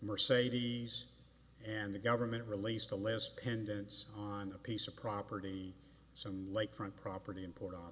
mercedes and the government released a list pendants on a piece of property some lakefront property in port